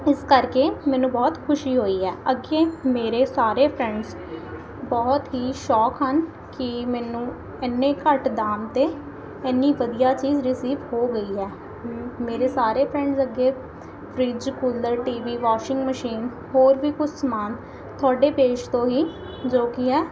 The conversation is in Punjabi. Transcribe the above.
ਇਸ ਕਰਕੇ ਮੈਨੂੰ ਬਹੁਤ ਖੁਸ਼ੀ ਹੋਈ ਹੈ ਅੱਗੇ ਮੇਰੇ ਸਾਰੇ ਫਰੈਂਡਸ ਬਹੁਤ ਹੀ ਸ਼ੋਕ ਹਨ ਕਿ ਮੈਨੂੰ ਇੰਨੇ ਘੱਟ ਦਾਮ 'ਤੇ ਐਨੀ ਵਧੀਆ ਚੀਜ਼ ਰਿਸੀਵ ਹੋ ਗਈ ਹੈ ਮੇਰੇ ਸਾਰੇ ਫਰੈਂਡਸ ਅੱਗੇ fridge cooler TV washing machine ਹੋਰ ਵੀ ਕੁਛ ਸਮਾਨ ਤੁਹਾਡੇ ਪੇਜ ਤੋਂ ਹੀ ਜੋ ਕਿ ਹੈ